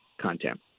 content